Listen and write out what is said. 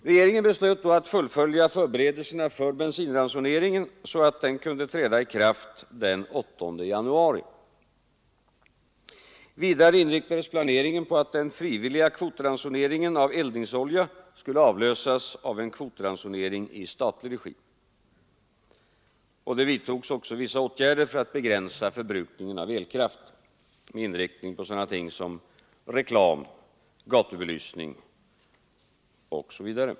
Regeringen beslöt då att fullfölja förberedelserna för bensinransoneringen, så att den kunde träda i kraft den 8 januari. Vidare inriktades planeringen på att den frivilliga kvotransoneringen av eldningsolja skulle avlösas av en kvotransonering i statlig regi. Det vidtogs också vissa åtgärder för att begränsa förbrukningen av elkraft med inriktning på sådana ting som reklam, gatubelysning osv.